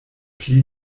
pli